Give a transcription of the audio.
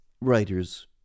writers